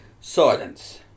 Silence